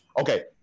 okay